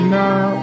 now